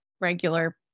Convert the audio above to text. regular